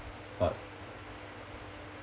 but